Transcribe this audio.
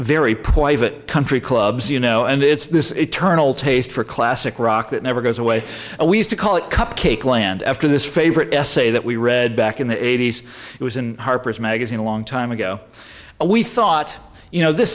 poised country clubs you know and it's this eternal taste for classic rock that never goes away and we used to call it cupcake land after this favorite essay that we read back in the eighty's it was in harper's magazine a long time ago and we thought you know th